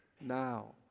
now